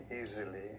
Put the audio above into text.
easily